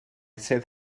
sydd